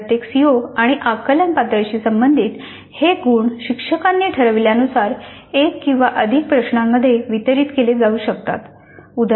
प्रत्येक सीओ आणि आकलन पातळीशी संबंधित हे गुण शिक्षकांनी ठरविल्यानुसार एक किंवा अधिक प्रश्नांमध्ये वितरित केले जाऊ शकतात